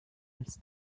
als